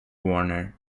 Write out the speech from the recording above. warner